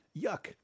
yuck